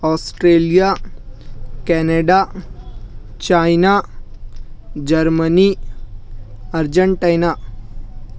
Australia Canada China Germany Argentina